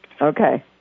Okay